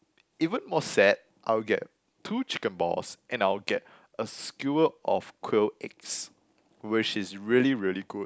even more sad I would get two chicken balls and I would get a skewered of quail eggs which is really really good